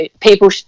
people